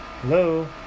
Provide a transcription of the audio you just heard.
Hello